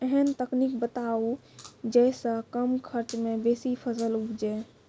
ऐहन तकनीक बताऊ जै सऽ कम खर्च मे बेसी फसल उपजे?